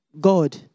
God